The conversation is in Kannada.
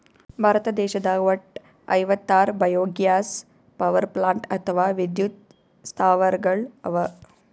ಭಾರತ ದೇಶದಾಗ್ ವಟ್ಟ್ ಐವತ್ತಾರ್ ಬಯೊಗ್ಯಾಸ್ ಪವರ್ಪ್ಲಾಂಟ್ ಅಥವಾ ವಿದ್ಯುತ್ ಸ್ಥಾವರಗಳ್ ಅವಾ